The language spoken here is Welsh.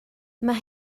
mae